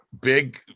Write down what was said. big